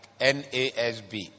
NASB